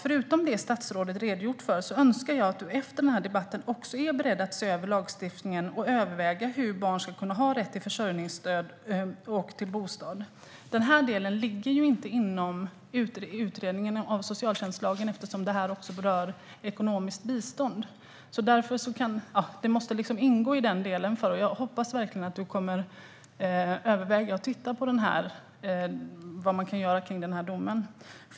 Förutom det statsrådet redogjort för önskar jag att statsrådet efter den här debatten också är beredd att se över lagstiftningen och överväga hur barn ska kunna ha rätt till sin försörjning och till en bostad. Den här delen ligger ju inte inom utredningen av socialtjänstlagen eftersom det här också berör ekonomiskt bistånd. Jag hoppas verkligen att statsrådet kommer att överväga att titta på vad man kan göra när det gäller den här domen.